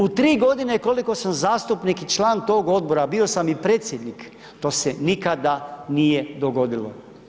U 3 godine koliko sam zastupnik i član tog odbora, a bio sam i predsjednik, to se nikada nije dogodilo.